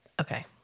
okay